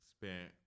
spent